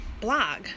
blog